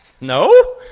No